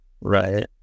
Right